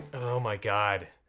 my god,